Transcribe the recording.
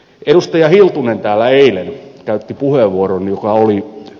edustaja hiltunen täällä eilen käytti puheenvuoron joka oli hyvä